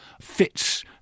fits